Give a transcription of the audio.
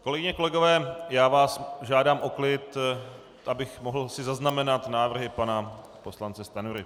Kolegyně, kolegové, já vás žádám o klid, abych si mohl zaznamenat návrhy pana poslance Stanjury.